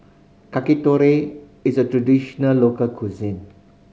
yakitori is a traditional local cuisine